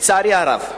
לצערי הרב.